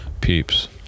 peeps